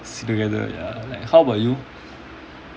stick together ya how about you